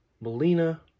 melina